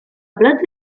plato